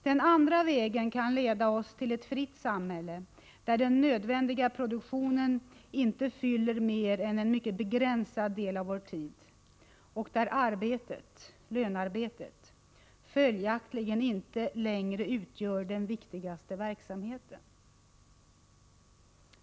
Den andra vägen kan leda oss till ett fritt samhälle, där den nödvändiga produktionen inte fyller mer än en mycket begränsad del av vår tid och där arbetet följaktligen inte längre utgör den viktigaste verksamheten.